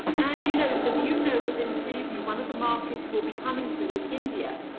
and you know as you know within preview, one of the markets we'll be coming to is india,